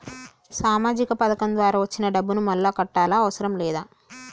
సామాజిక పథకం ద్వారా వచ్చిన డబ్బును మళ్ళా కట్టాలా అవసరం లేదా?